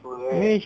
因为